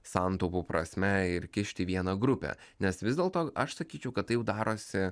santaupų prasme ir kišti į vieną grupę nes vis dėlto aš sakyčiau kad tai jau darosi